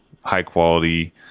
high-quality